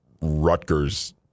Rutgers